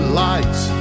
lights